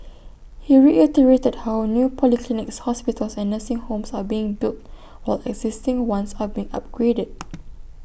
he reiterated how new polyclinics hospitals and nursing homes are being built while existing ones are being upgraded